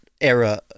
era